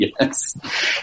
yes